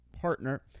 partner